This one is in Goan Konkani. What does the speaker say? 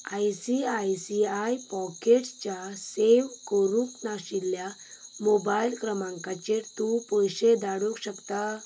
आयसीआयसीआय पॉकेट्सच्या सेव्ह करूंक नाशिल्ल्या मोबायल क्रमांकांचेर तूं पयशे धाडूंक शकता